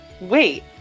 Wait